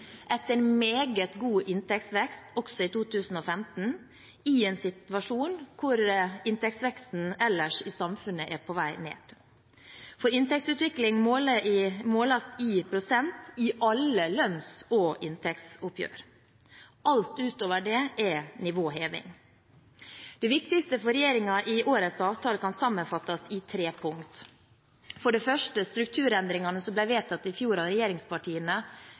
etter en meget god inntektsvekst også i 2015 – i en situasjon hvor inntektsveksten ellers i samfunnet er på vei ned. Inntektsutvikling måles i prosent i alle lønns- og inntektsoppgjør. Alt utover det er nivåheving. Det viktigste for regjeringen i årets avtale kan sammenfattes i tre punkter: Strukturendringene som ble vedtatt i fjor av regjeringspartiene